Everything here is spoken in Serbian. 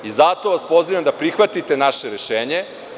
Zato vas pozivam da prihvatite naše rešenje.